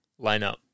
lineup